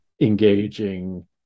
engaging